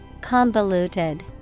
Convoluted